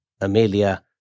Amelia